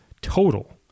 total